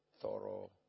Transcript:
thorough